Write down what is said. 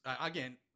again